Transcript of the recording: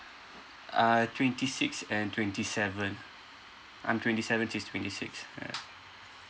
uh twenty six and twenty seven I'm twenty seven she's twenty six ah